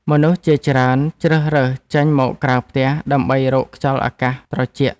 មនុស្សជាច្រើនជ្រើសរើសចេញមកក្រៅផ្ទះ ដើម្បីរកខ្យល់អាកាសត្រជាក់។